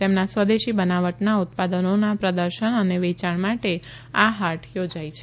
તેમના સ્વદેશી બનાવટનાં ઉત્પાદનોના પ્રદર્શન અને વેચાણ માટે આ હાટ યોજાઈ છે